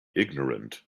ignorant